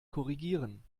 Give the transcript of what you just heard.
korrigieren